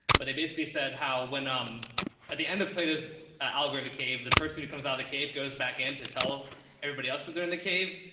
but they basically said how, when, um at the end of plato's algorithmic cave, the person who comes out of the cave goes back in to tell everybody else that they're in the cave.